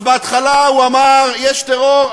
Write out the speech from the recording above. אז בהתחלה הוא אמר: יש טרור,